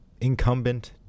incumbent